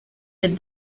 did